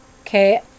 Okay